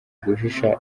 guhisha